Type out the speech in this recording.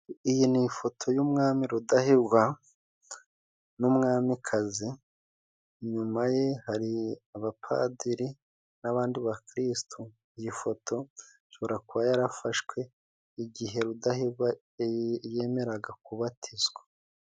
Iyi n'ifoto y'umwami rudahigwa n'umwamikazi inyuma ye hari abapadiri n'abandi ba kristu iyi foto ishobora kuba yarafashwe igihe rudahigwa yemeraga kubatizwa.